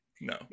No